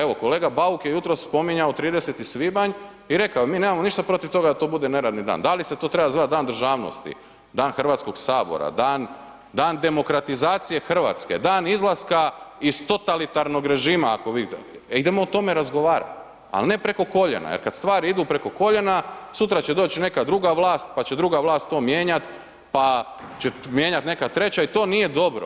Evo, kolega Bauk je jutros spominjao 30. svibanj i rekao je mi nemamo ništa protiv toga da to bude neradni dan, da li se to treba zvati Dan državnosti, Dan Hrvatskog sabora, Dan demokratizacije Hrvatske, Dan izlaska iz totalitarnog režima idemo o tome razgovarati, ali ne preko koljena, jer kad stvari idu preko koljena sutra će doći neka druga vlast, pa će druga vlast to mijenjat, pa će mijenjat neka treća i to nije dobro.